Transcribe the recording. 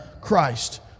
Christ